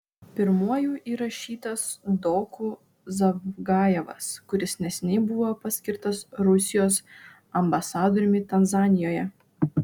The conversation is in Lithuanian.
pirmuoju įrašytas doku zavgajevas kuris neseniai buvo paskirtas rusijos ambasadoriumi tanzanijoje